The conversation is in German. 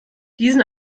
diesen